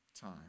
time